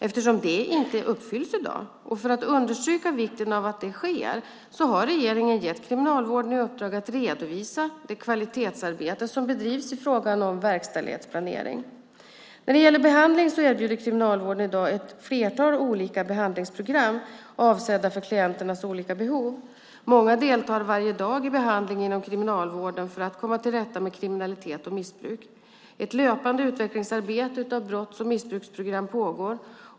Eftersom detta inte uppfylls fullt ut i dag och för att understryka vikten av att så sker har regeringen gett Kriminalvården i uppdrag att redovisa det kvalitetsarbete som bedrivs i fråga om verkställighetsplanering. När det gäller behandling erbjuder Kriminalvården i dag ett flertal olika behandlingsprogram avsedda för klienternas olika behov. Många deltar varje dag i behandling inom kriminalvården för att komma till rätta med kriminalitet och missbruk. Ett löpande utvecklingsarbete av brotts och missbruksprogram pågår.